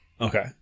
Okay